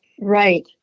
Right